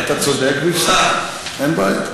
אתה צודק, אין בעיה.